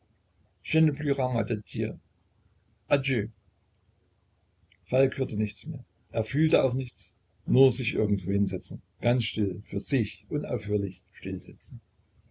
adieu falk hörte nichts mehr er fühlte auch nichts nur sich irgendwo hinsetzen ganz still für sich unaufhörlich still sitzen